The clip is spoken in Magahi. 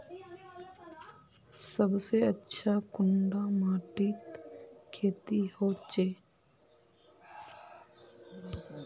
सबसे अच्छा कुंडा माटित खेती होचे?